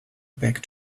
back